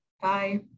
Bye